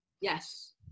Yes